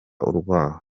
urwaho